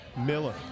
Miller